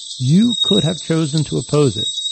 you could have chosen to oppose it.